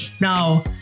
now